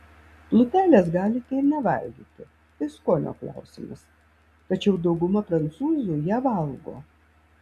plutelės galite ir nevalgyti tai skonio klausimas tačiau dauguma prancūzų ją valgo